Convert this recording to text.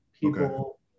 people